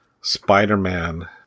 Spider-Man